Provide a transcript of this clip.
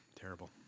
terrible